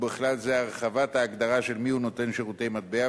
ובכלל זה הרחבת ההגדרה של נותן שירותי מטבע,